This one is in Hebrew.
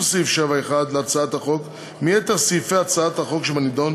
סעיף 7(1) להצעת החוק מיתר סעיפי הצעת החוק שבנדון,